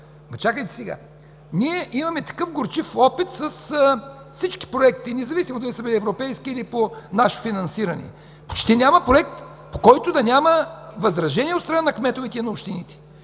Чакайте сега, ние имаме такъв горчив опит с всички проекти, независимо дали са били европейски, или с наше финансиране. Почти няма проект, по който да няма възражения от страна на кметовете на общините!